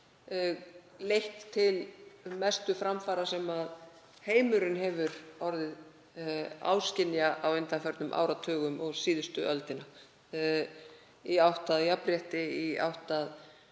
leitt til mestu framfara sem heimurinn hefur orðið áskynja á undanförnum áratugum og síðustu öldina, í átt að jafnrétti, í átt að